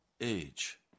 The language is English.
age